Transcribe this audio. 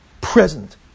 present